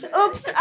oops